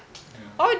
ya